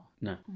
No